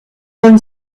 then